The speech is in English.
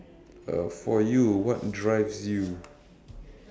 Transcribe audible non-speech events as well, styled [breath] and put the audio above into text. uh for you what drives you [breath]